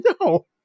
no